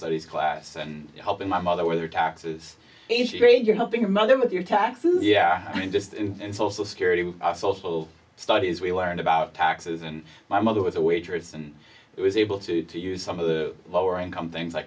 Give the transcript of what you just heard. studies class and helping my mother whether taxes you're helping a mother with your taxes yeah i mean just in social security social studies we learned about taxes and my mother was a waitress and was able to use some of the lower income things